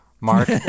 Mark